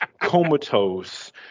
comatose